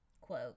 quote